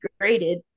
graded